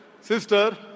Sister